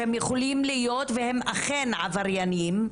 שהם יכולים להיות והם אכן עבריינים,